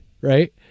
right